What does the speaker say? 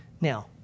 Now